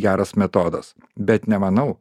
geras metodas bet nemanau